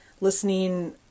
listening